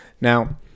Now